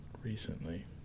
Recently